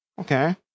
Okay